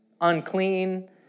unclean